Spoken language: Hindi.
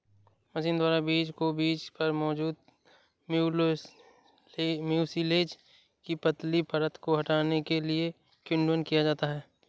मशीन द्वारा बीज को बीज पर मौजूद म्यूसिलेज की पतली परत को हटाने के लिए किण्वित किया जाता है